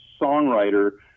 songwriter